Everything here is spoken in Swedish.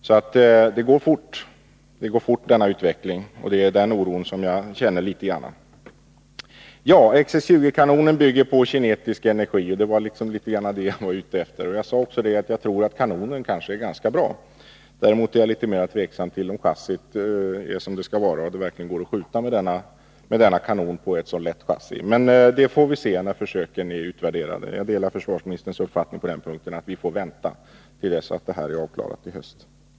Denna utveckling går alltså fort, och det är detta som jag känner oro för. XX 20-kanonen bygger på kinetisk energi — och det var det jag var ute efter. Jag sade också att jag tror att kanonen kanske är ganska bra. Däremot är jag litet mer tveksåm till om chassit är som det skall vara och om det verkligen går att skjuta med denna kanon på ett så lätt chassi. Men det får vi se när försöken är utvärderade. Jag delar på den punkten försvarsministerns uppfattning att vi får vänta till dess att detta är avklarat i höst.